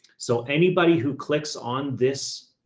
so anybody who clicks on this